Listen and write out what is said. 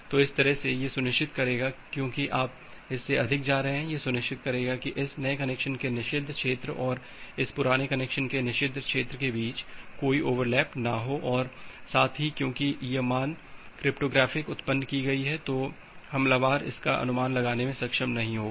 तो इस तरह से यह सुनिश्चित करेगा क्योंकि आप इससे अधिक जा रहे हैं यह सुनिश्चित करेगा कि इस नए कनेक्शन के निषिद्ध क्षेत्र और इस पुराने कनेक्शन के निषिद्ध क्षेत्र के बीच कोई ओवरलैप न हो और साथ ही क्योंकि यह मान क्रिप्टोग्राफ़िकली उत्पन्न की गयी है तो हमलावर इसका अनुमान लगाने में सक्षम नहीं होगा